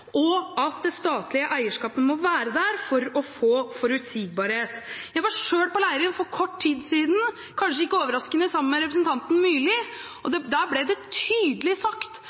og at det statlige eierskapet må være der for å få forutsigbarhet. Jeg var selv på Leirin for kort tid siden, kanskje ikke overraskende sammen med representanten Myrli, og der ble det tydelig sagt